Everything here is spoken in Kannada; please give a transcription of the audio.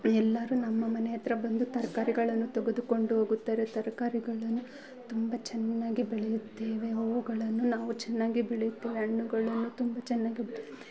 ಎಲ್ಲರೂ ನಮ್ಮ ಮನೆ ಹತ್ತಿರ ಬಂದು ತರಕಾರಿಗಳನ್ನು ತೆಗೆದುಕೊಂಡು ಹೋಗುತ್ತಾರೆ ತರಕಾರಿಗಳನ್ನು ತುಂಬ ಚೆನ್ನಾಗಿ ಬೆಳೆಯುತ್ತೇವೆ ಹೂವುಗಳನ್ನು ನಾವು ಚೆನ್ನಾಗಿ ಬೆಳೆಯುತ್ತೇವೆ ಹಣ್ಣುಗಳನ್ನು ತುಂಬ ಚೆನ್ನಾಗಿ ಬೆಳೆಯುತ್ತೇವೆ